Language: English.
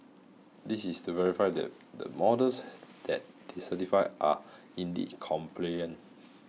this is to verify that the models that they certified are indeed compliant